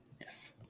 Yes